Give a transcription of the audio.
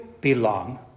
belong